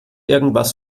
irgendwas